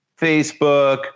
Facebook